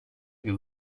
più